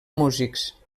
músics